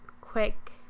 quick